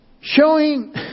Showing